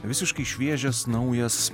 visiškai šviežias naujas